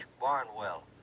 Barnwell